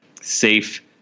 safe